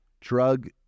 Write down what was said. Drug